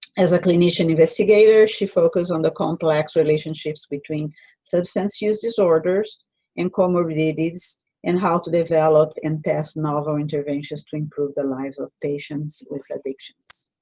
as a clinician investigator, she focused on the complex relationships between substance use disorders and comorbidities and how to develop and test novel interventions to improve the lives of patients with addictions.